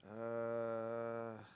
uh